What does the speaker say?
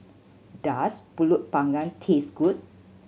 does Pulut Panggang taste good